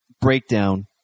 breakdown